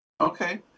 Okay